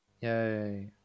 Yay